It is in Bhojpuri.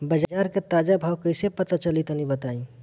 बाजार के ताजा भाव कैसे पता चली तनी बताई?